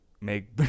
make